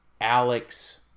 Alex